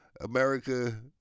America